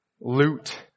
loot